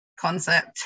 concept